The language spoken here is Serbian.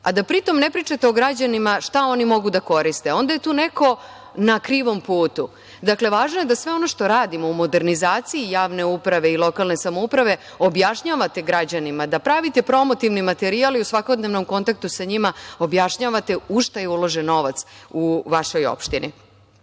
a da pri tom ne pričate o građanima šta oni mogu da koriste, onda je tu neko na krivom putu. Dakle, važno je da sve ono što radimo u modernizaciji javne uprave i lokalne samouprave objašnjavate građanima, da pravite promotivni materijal i u svakodnevnom kontaktu sa njima objašnjavate u šta je uložen novac u vašoj opštini. Imamo